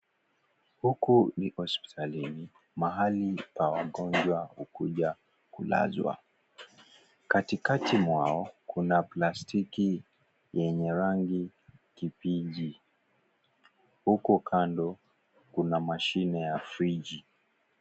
Huku ni hospitalini, mahali pa wagonjwa hukuja kulazwa katikati mwao kuna plastiki yenye rangi kipinji huku kando kuna mashine ya friji.